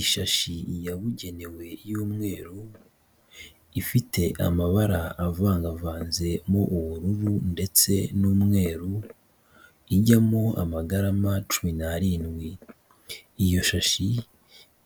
Ishashi yabugenewe y'umweru ifite amabara avangavanzemo ubururu ndetse n'umweru, ijyamo amagarama cumi n'arindwi, iyo shashi